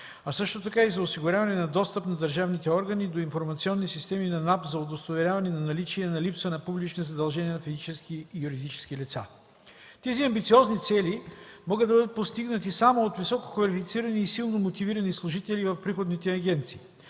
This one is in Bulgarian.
а също така осигуряване на достъп на държавните органи до информационните системи на НАП за удостоверяване на наличие на липса на публични задължения на физически и юридически лица. Тези амбициозни цели могат да бъдат постигнати само от висококвалифицирани и силно мотивирани служители в приходните агенции.